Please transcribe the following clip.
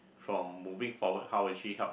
from moving forward how will she help